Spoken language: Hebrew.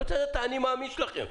אני רוצה לדעת את ה"אני מאמין" שלכם.